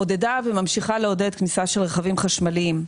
עודדה וממשיכה לעודד כניסה של רכבים חשמליים.